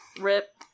rip